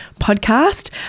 podcast